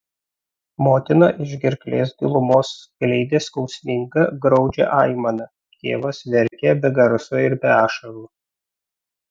motina iš gerklės gilumos skleidė skausmingą graudžią aimaną tėvas verkė be garso ir be ašarų